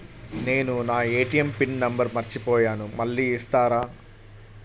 నేను నా ATM PIN number మర్చిపోయాను మళ్ళీ ఇస్తారా?